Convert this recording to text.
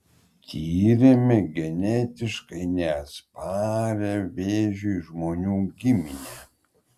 tyrėme genetiškai neatsparią vėžiui žmonių giminę